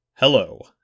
Hello